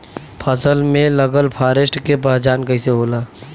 फसल में लगल फारेस्ट के पहचान कइसे होला?